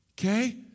okay